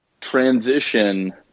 transition